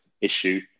issue